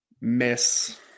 miss